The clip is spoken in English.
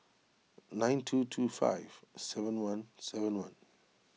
nine two two five seven one seven one